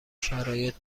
شرایط